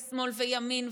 שמאל וימין,